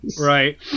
Right